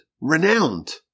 renowned